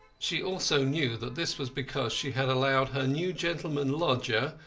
she also knew that this was because she had allowed her new gentleman lodger,